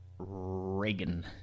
Reagan